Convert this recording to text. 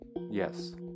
Yes